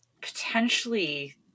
potentially